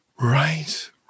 Right